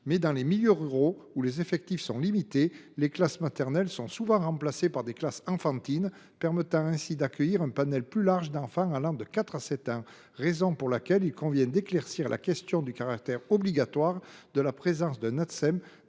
ans. Dans les milieux ruraux où les effectifs sont limités, les classes maternelles sont souvent remplacées par des classes enfantines, ce qui leur permet d’accueillir un panel plus large d’enfants âgés de 4 à 7 ans. C’est la raison pour laquelle il convient d’éclaircir la question du caractère obligatoire de la présence d’un Atsem